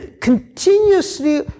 continuously